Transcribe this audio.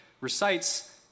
recites